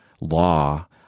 law